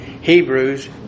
Hebrews